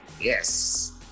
yes